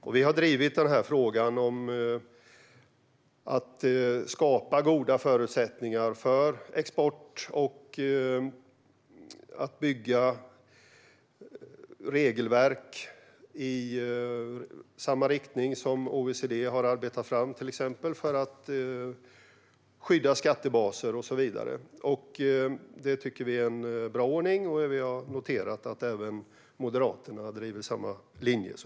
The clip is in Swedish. Sverigedemokraterna har drivit frågan om att skapa goda förutsättningar för export och att bygga regelverk i samma riktning som OECD har arbetat fram för att skydda skattebaser och så vidare. Vi tycker att det är en bra ordning, och vi har noterat att även Moderaterna driver samma linje.